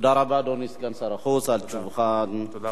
תודה רבה, אדוני סגן שר החוץ, על תשובתך המפורטת.